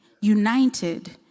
united